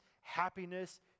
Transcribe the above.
happiness